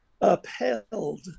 upheld